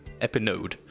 EpiNode